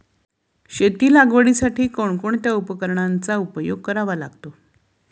शेती लागवडीसाठी कोणकोणत्या उपकरणांचा उपयोग करावा लागतो?